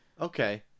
okay